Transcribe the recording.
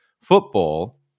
football